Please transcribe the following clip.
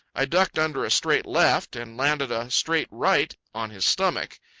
i ducked under a straight left, and landed a straight right on his stomach.